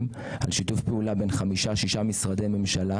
על שיתוף פעולה בין 6-5 משרדי ממשלה,